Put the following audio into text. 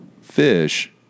fish